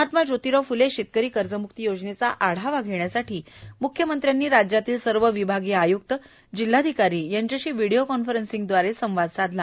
महात्मा जोतिराव फुले शेतकरी कर्जमुक्ती योजनेचा आढावा घेण्यासाठी मुख्यमंत्र्यांनी राज्यातील सर्व विभागीय आयुक्त जिल्हाधिकारी यांच्याशी व्हिडीओ कॉन्फरन्सिंगद्वारे संवाद साधला